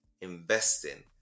investing